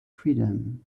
freedom